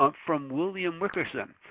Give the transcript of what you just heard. ah from william wilkerson.